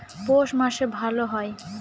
পৌষ মাসে ভালো হয়?